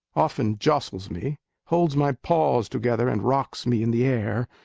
often jostles me, holds my paws together and rocks me in the air,